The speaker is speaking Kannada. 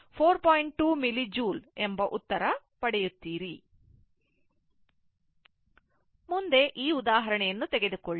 2 milli joule ಎಂಬ ಉತ್ತರ ಪಡೆಯುತ್ತೀರಿ ಮುಂದೆ ಈ ಉದಾಹರಣೆಯನ್ನು ತೆಗೆದುಕೊಳ್ಳಿ